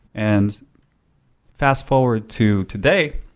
and fast forward to today